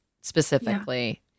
specifically